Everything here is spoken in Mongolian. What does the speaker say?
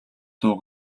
дуу